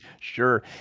Sure